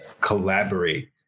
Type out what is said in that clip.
collaborate